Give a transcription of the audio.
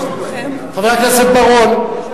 חבר הכנסת בר-און.